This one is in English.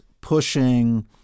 pushing